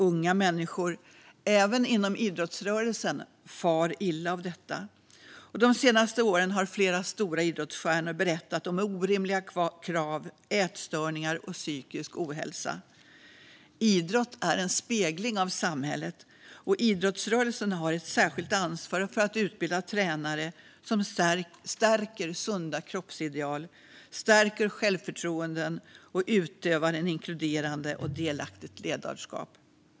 Unga människor, även inom idrottsrörelsen, far illa av detta. De senaste åren har flera stora idrottsstjärnor berättat om orimliga krav, ätstörningar och psykisk ohälsa. Idrott är en spegling av samhället, och idrottsrörelsen har ett särskilt ansvar att utbilda tränare som stärker sunda kroppsideal och självförtroenden och utövar ett inkluderande och delaktigt ledarskap.